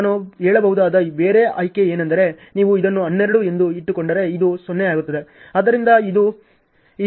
ನಾನು ಹೇಳಬಹುದಾದ ಬೇರೆ ಆಯ್ಕೆ ಏನೆಂದರೆ ನೀವು ಇದನ್ನು 12 ಎಂದು ಇಟ್ಟುಕೊಂಡರೆ ಇದು 0 ಆಗುತ್ತದೆ